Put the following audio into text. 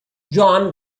john